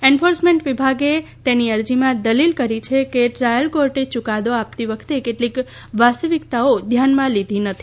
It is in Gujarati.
એન્ફોર્સમેન્ટ વિભાગે તેની અરજીમાં દલીલ કરી છે કે ટ્રાયલ કોર્ટે યુકાદો આપતી વખતે કેટલીક વાસ્તવિકતાઓ ધ્યાનમાં લીધી નથી